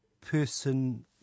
person